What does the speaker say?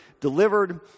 delivered